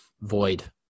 void